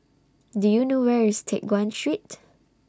Do YOU know Where IS Teck Guan Street